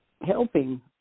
helping